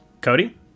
Cody